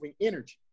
energy